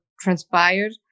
transpired